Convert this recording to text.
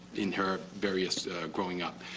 in her various growing up.